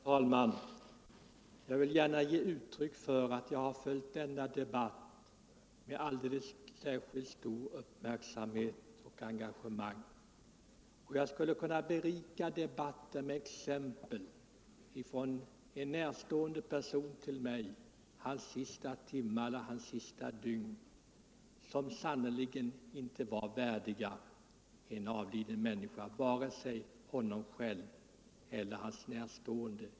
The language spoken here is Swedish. Herr talman! Jag vill gärna säga att jag har följt denna debatt med särskilt stor uppmärksamhet och stort engagemang. Jag skulle kunna berika debatten med exempel från en mig närstående persons sista timmar eller sista dygn. De var sannerligen inte värdiga vare sig honom själv eller hans närstående.